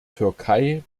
türkei